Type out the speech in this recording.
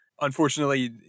Unfortunately